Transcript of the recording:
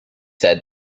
said